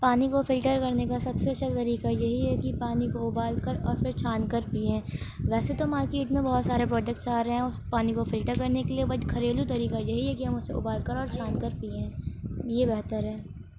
پانی کو فلٹر کرنے کا سب سے اچھا طریقہ یہی ہے کہ پانی کو ابال کر اور پھر چھان کر پئیں ویسے تو مارکیٹ میں بہت سارے پروڈکس آ رہے ہیں اس پانی کو فلٹر کرنے کے لیے بٹ گھریلو طریقہ یہی ہے کہ ہم اسے ابال کر اور چھان کر پئیں یہ بہتر ہے